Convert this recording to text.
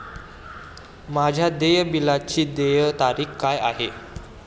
माझ्या देय बिलाची देय तारीख काय आहे?